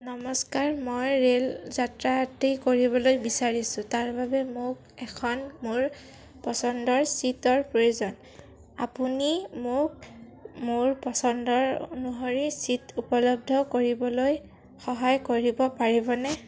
নমস্কাৰ মই ৰে'ল যাত্ৰা এটি কৰিবলৈ বিচাৰিছোঁ তাৰ বাবে মোক এখন মোৰ পচন্দৰ ছিটৰ প্ৰয়োজন আপুনি মোক মোৰ পচন্দৰ অনুসৰি ছিট উপলব্ধ কৰিবলৈ সহায় কৰিব পাৰিবনে